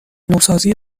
نوسازی